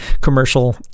commercial